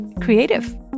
creative